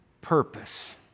purpose